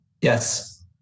yes